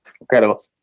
Incredible